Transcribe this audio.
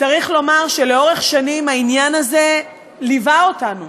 צריך לומר שלאורך שנים העניין הזה ליווה אותנו,